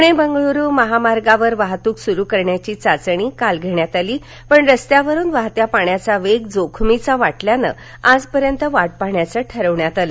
पुणे बंगळुरु महामार्गावर वाहतुक सुरु करण्याची चाचणी काल घेण्यात आली पण रस्त्यावरुन वाहत्या पाण्याचा वेग जोखिमेचा वाटल्यानं आजपर्यंत वाट पाहण्याचं ठरविण्यात आलं